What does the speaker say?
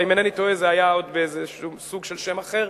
ואם אינני טועה זה היה עוד באיזה סוג של שם אחר,